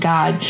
God